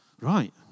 right